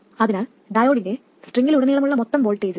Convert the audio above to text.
അതിനാൽ ഡയോഡിന്റെ സ്ട്രിംഗിലുടനീളമുള്ള മൊത്തം വോൾട്ടേജ് 2